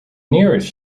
nearest